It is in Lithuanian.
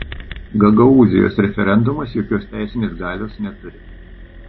gagaūzijos referendumas jokios teisinės galios neturi